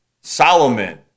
Solomon